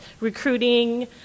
recruiting